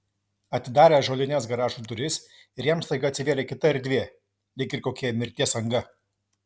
atidarė ąžuolines garažo duris ir jam staiga atsivėrė kita erdvė lyg ir kokia mirties anga